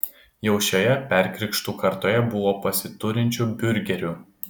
jau šioje perkrikštų kartoje buvo pasiturinčių biurgerių